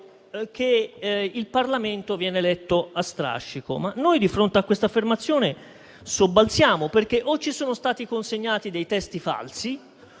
che il Parlamento viene eletto a strascico, ma noi, di fronte a questa affermazione, sobbalziamo perché o ci sono stati consegnati dei testi falsi